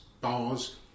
bars